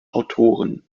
autoren